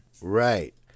Right